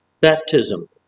baptism